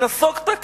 נסוגת?